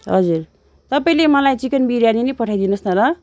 हजुर तपाईँले मलाई चिकन बिर्यानी नै पठाइदिनुहोस् न ल